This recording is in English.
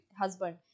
husband